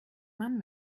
man